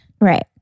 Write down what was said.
right